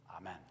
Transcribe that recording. Amen